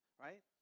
right